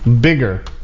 bigger